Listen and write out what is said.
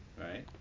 right